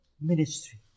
ministry